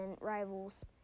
rivals